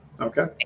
Okay